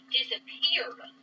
disappeared